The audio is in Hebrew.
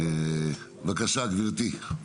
בבקשה, גבירתי.